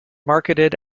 marketed